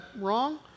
wrong